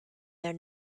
their